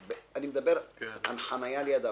אני מדבר על חניה ליד הבית,